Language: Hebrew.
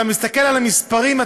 אתה מסתכל על המספרים,